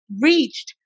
reached